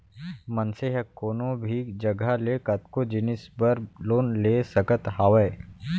मनसे ह कोनो भी जघा ले कतको जिनिस बर लोन ले सकत हावय